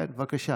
כן, בבקשה.